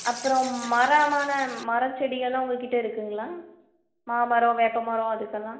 அப்புறம் மரமான மரம் செடி எல்லாம் உங்கள் கிட்டே இருக்குதுங்ளா மாமரம் வேப்ப மரம் அதுக்கெல்லாம்